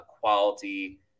quality